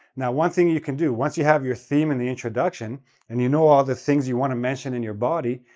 now, one thing you can do, once you have your theme in the introduction and you know all the things you want to mention in your body,